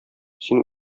син